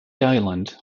island